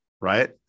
Right